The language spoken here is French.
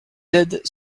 aides